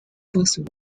both